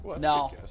No